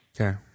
Okay